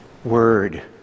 Word